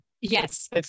Yes